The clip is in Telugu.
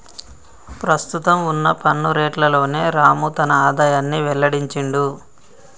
ప్రస్తుతం వున్న పన్ను రేట్లలోనే రాము తన ఆదాయాన్ని వెల్లడించిండు